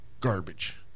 garbage